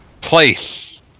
place